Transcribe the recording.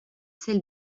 celle